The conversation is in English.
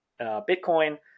Bitcoin